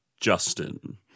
Justin